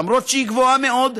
למרות שהיא גבוהה מאוד,